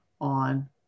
on